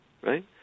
right